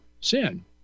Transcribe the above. sin